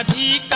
e